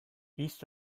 east